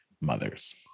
mothers